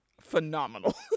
phenomenal